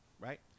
right